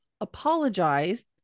apologized